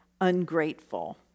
ungrateful